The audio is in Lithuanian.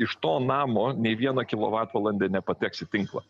iš to namo nei vieną kilovatvalandę nepateks į tinklą